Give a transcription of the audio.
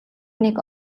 нэг